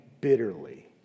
bitterly